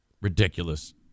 Ridiculous